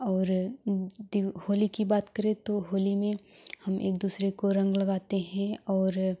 और होली की बात करें तो होली में हम एक दूसरे को रंग लगाते हैं और